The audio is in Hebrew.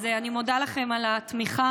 אז אני מודה לכם על התמיכה.